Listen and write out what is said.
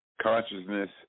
consciousness